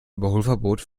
überholverbot